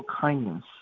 kindness